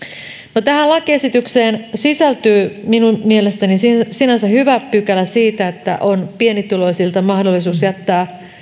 no tähän lakiesitykseen sisältyy minun mielestäni sinänsä hyvä pykälä siitä että on pienituloisilta mahdollisuus jättää